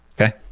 Okay